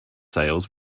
sales